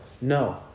No